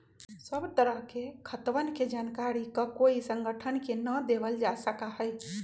सब तरह के खातवन के जानकारी ककोई संगठन के ना देवल जा सका हई